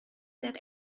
that